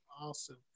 Awesome